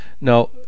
Now